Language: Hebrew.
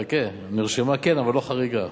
חכה, נרשמה כן, אבל לא חריגה.